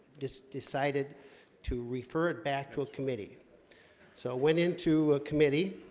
just decided to refer it back to a committee so went into a committee